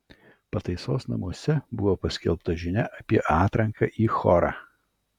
pataisos namuose buvo paskelbta žinia apie atranką į chorą